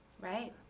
Right